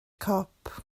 cop